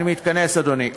אני מתכנס, אדוני.